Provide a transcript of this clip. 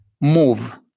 Move